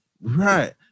Right